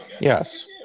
Yes